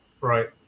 Right